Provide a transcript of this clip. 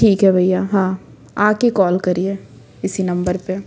ठीक है भैया हाँ आ कर कॉल करिए इसी नंबर पर